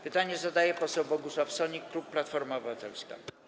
Pytanie zadaje poseł Bogusław Sonik, klub Platforma Obywatelska.